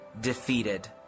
defeated